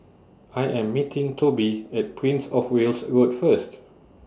I Am meeting Toby At Prince of Wales Road First